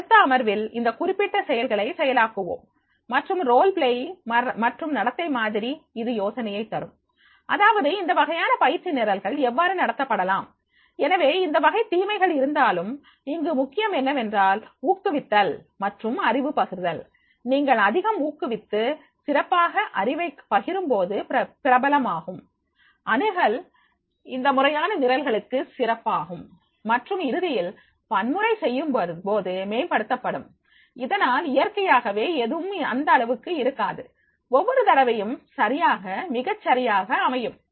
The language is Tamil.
நாம் அடுத்த அமர்வில் இந்த குறிப்பிட்ட செயல்களை செயலாக்குவோம் மற்றும் ரோல் பிளேயிங் மற்றும் நடத்தை மாதிரி இது யோசனையை தரும் அதாவது இந்த வகையான பயிற்சி நிரல்கள் எவ்வாறு நடத்தப்படலாம் எனவே இந்த வகை தீமைகள் இருந்தாலும் இங்கு முக்கியம் எதுவென்றால் ஊக்குவித்தல் மற்றும் அறிவு பகிர்தல் நீங்கள் அதிகம் ஊக்குவித்து சிறப்பாக அறிவை பகிரும்போது பிரபலமாகும் அணுகல் இந்த வகையான நிரல்களுக்கு சிறப்பாகும் மற்றும் இறுதியில் பன்முறை செய்யும் போது மேம்படுத்தப்படும் அதனால் இயற்கையாகவே எதுவும் அந்த அளவுக்கு இருக்காது ஒவ்வொரு தடவையும் சரியாக மிகச் சரியாக அமையும்